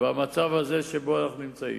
במצב הזה שבו אנחנו נמצאים.